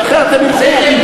כי אחרת הם ילכו,